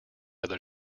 other